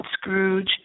Scrooge